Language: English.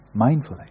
mindfully